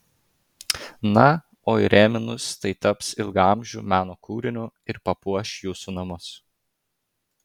na o įrėminus tai taps ilgaamžiu meno kūriniu ir papuoš jūsų namus